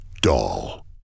Doll